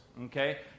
Okay